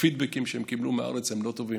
הפידבקים שהם קיבלו מהארץ הם לא טובים.